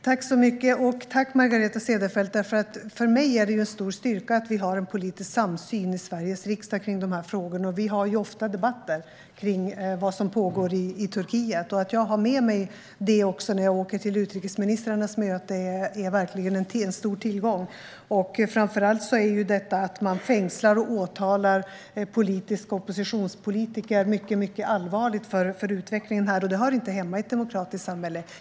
Fru talman! Margareta Cederfelt! För mig är det en stor styrka att vi har en politisk samsyn i Sveriges riksdag i dessa frågor. Vi har ofta debatter om vad som pågår i Turkiet. Att jag har med mig det också när jag åker till utrikesministrarnas möte är verkligen en stor tillgång. Framför allt är detta att man fängslar och åtalar oppositionspolitiker mycket allvarligt för utvecklingen. Det hör inte hemma i ett demokratiskt samhälle.